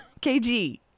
KG